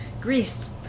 Greece